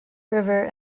river